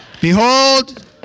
Behold